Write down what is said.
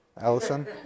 Allison